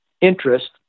interest